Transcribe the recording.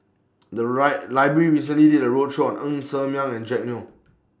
The Library recently did A roadshow Ng Ser Miang and Jack Neo